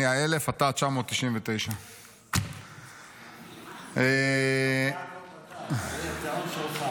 אני ה-1,000 ואתה 999. -- זה הטיעון שלך.